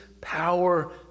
power